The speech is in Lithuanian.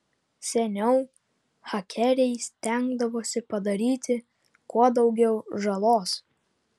seniau hakeriai stengdavosi padaryti kuo daugiau žalos